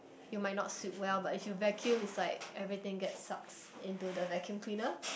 you might not sweep well but if you vacuum it's like everything get sucks into the vacuum cleaner